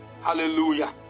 hallelujah